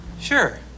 Sure